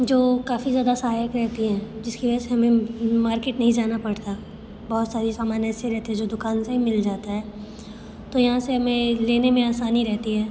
जो काफ़ी ज़्यादा सहायक रहती हैं जिसकी वजह से हमें मार्केट नहीं जाना पड़ता बहुत सारे सामान ऐसे रहते हैं जो दुकान से ही मिल जाता है तो यहाँ से हमें लेने में आसानी रहती है